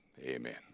amen